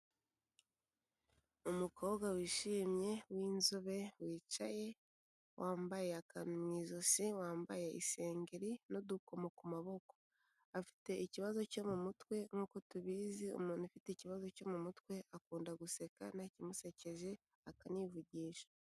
Umukobwa wishimye w'inzobe wicaye wambaye akantu mu ijosi, wambaye isengeri n'udukomo ku maboko, afite ikibazo cyo mu mutwe nk'uko tubizi umuntu ufite ikibazo cyo mu mutwe akunda guseka ntakimusekeje, akanivugisha.